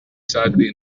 sacri